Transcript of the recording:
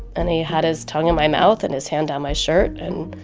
and he had his tongue in my mouth and his hand down my shirt. and